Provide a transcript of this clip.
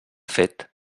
fet